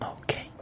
okay